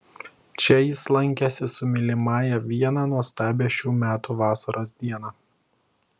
čia jis lankėsi su mylimąja vieną nuostabią šių metų vasaros dieną